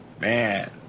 Man